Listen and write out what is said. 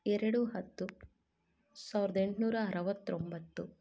ಎರಡು ಹತ್ತು ಸಾವಿರದ ಎಂಟ್ನೂರ ಅರುವತ್ತೊಂಬತ್ತು